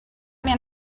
man